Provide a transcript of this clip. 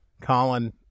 Colin